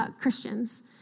Christians